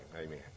amen